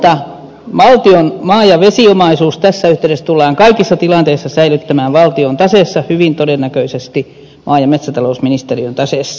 mutta valtion maa ja vesiomaisuus tässä yhteydessä tullaan kaikissa tilanteissa säilyttämään valtion taseessa hyvin todennäköisesti maa ja metsätalousministeriön taseessa